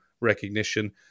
recognition